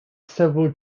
several